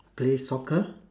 play soccer